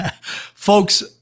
Folks